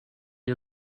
you